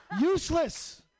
useless